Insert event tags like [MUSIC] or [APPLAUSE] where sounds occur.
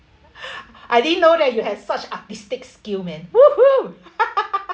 I didn't know that you have such artistic skill man !woohoo! [LAUGHS]